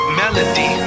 melody